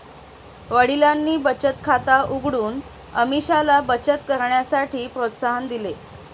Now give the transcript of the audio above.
वडिलांनी बचत खात उघडून अमीषाला बचत करण्यासाठी प्रोत्साहन दिले